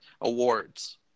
awards